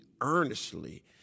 earnestly